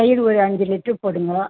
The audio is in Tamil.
தயிர் ஒரு அஞ்சு லிட்ரு போடுங்கோ